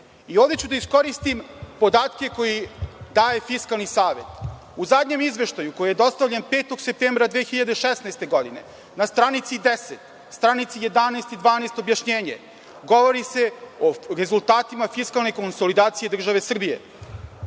ću da iskoristim podatke koje daje Fiskalni savet. U zadnjem izveštaju koji je dostavljen 5. septembra 2016. godine, na stranici 10, stranici 11. i 12. objašnjenje – govori se o rezultatima fiskalne konsolidacije države Srbije